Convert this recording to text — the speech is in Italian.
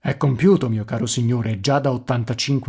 è compiuto mio caro signore e già da